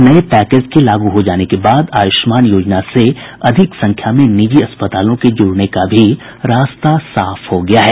नये पैकेज के लागू हो जाने के बाद आयुष्मान योजना से अधिक संख्या में निजी अस्पतालों के जुड़ने का भी रास्ता साफ हो गया है